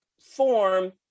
form